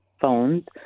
phones